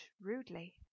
rudely